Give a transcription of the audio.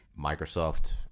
Microsoft